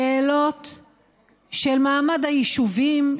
שאלות של מעמד היישובים,